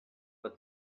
but